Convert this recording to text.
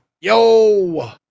Yo